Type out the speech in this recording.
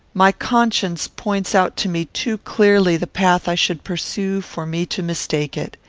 my conscience points out to me too clearly the path i should pursue for me to mistake it.